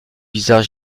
bizarre